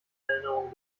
erinnerung